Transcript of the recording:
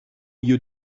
you